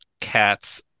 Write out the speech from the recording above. cats